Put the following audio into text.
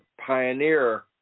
pioneer